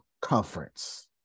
conference